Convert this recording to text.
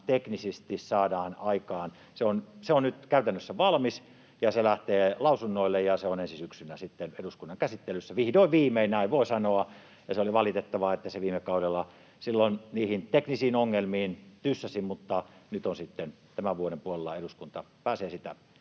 teknisesti saadaan aikaan. Se on nyt käytännössä valmis, ja se lähtee lausunnoille, ja se on ensi syksynä sitten eduskunnan käsittelyssä — vihdoin viimein, voi sanoa. Oli valitettavaa, että se viime kaudella niihin teknisiin ongelmiin tyssäsi, mutta nyt sitten tämän vuoden puolella eduskunta pääsee sitä